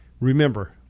Remember